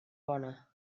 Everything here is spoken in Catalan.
bona